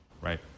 Right